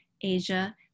Asia